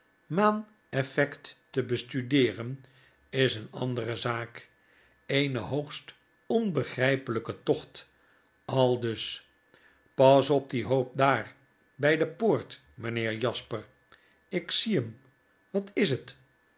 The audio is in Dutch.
maaneffect te bestudeeren is een andere zaak eene hoogst onbegrijpelijke tocht aldusl pas op dien hoop daar bij de poort meneer ik zie hem wat is het